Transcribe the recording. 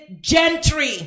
gentry